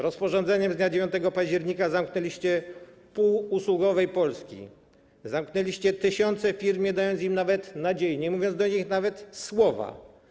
Rozporządzeniem z dnia 9 października zamknęliście pół usługowej Polski, zamknęliście tysiące firm, nie dając im nawet nadziei, nie mówiąc do nich ani słowa.